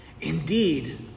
indeed